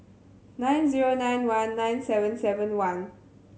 nine zero nine one nine seven seven one